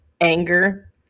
anger